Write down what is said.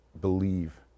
believe